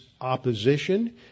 opposition